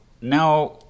now